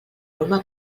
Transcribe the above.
roma